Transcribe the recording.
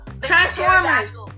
transformers